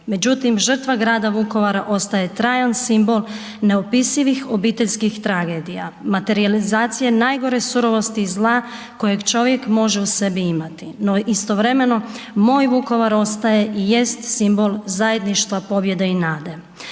međutim, žrtva grada Vukovara ostaje trajan simbol neopisivih obiteljskih tragedija, materijalizacija najgore surovosti zla kojeg čovjek može u sebi imati, no istovremeno, moj Vukovar ostaje i jest simbol zajedništva, pobjede i nade.